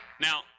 Now